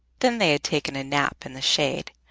then they had taken a nap in the shade,